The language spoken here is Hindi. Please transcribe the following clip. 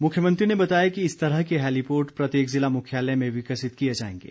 मुख्यमंत्री ने बताया कि इस तरह के हैलीपोर्ट प्रत्येक ज़िला मुख्यालय में विकसित किए जाएंगे